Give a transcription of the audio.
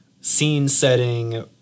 scene-setting